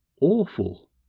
awful—